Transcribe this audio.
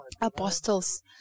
apostles